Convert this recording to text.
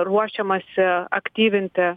ruošiamasi aktyvinti